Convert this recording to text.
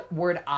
word